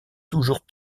toujours